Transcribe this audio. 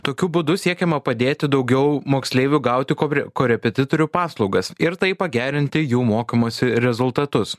tokiu būdu siekiama padėti daugiau moksleivių gauti kopri korepetitorių paslaugas ir taip pagerinti jų mokomasi rezultatus